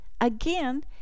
Again